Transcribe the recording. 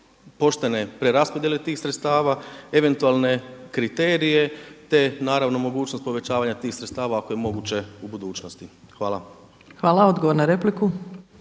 poštene preraspodjele tih sredstava, eventualne kriterije, te naravno mogućnost povećavanja tih sredstava ako je moguće u budućnosti. Hvala. **Opačić, Milanka